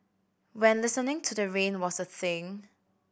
when listening to the rain was a thing